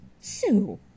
Sue